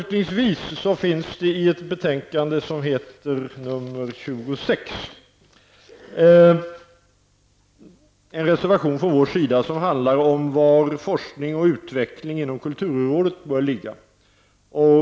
Till kulturutskottets betänkande nr 26 har fogats en reservation från vår sida som handlar om var forskningen och utvecklingen inom kulturområdet bör ligga.